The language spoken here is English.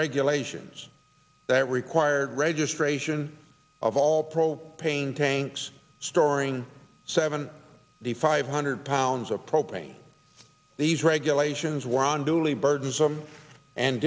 regulations that required registration of all pain tanks storing seven the five hundred pounds of propane these regulations were on duly burdensome and